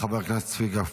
חבר הכנסת צביקה פוגל,